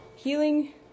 Healing